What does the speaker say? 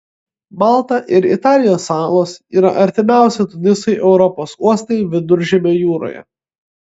malta ir italijos salos yra artimiausi tunisui europos uostai viduržemio jūroje